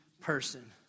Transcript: person